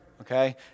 okay